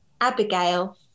Abigail